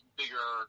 bigger